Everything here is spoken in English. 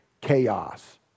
chaos